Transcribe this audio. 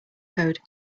code